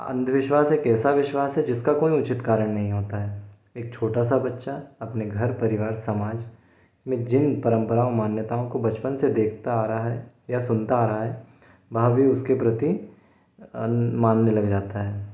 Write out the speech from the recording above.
अंधविश्वास एक ऐसा विश्वास है जिसका कोई उचित कारण नहीं होता है एक छोटा सा बच्चा अपने घर परिवार समाज में जिन परम्पराओं मान्यताओं को बचपन से देखता आ रहा है या सुनता आ रहा है वह भी उसके प्रति एन मानने लग जाता है